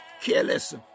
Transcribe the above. Careless